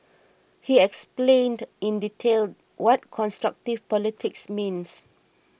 he explained in detail what constructive politics means